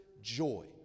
joy